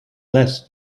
less